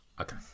okay